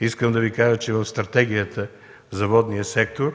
искам да кажа, че в Стратегията за водния сектор